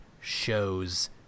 show's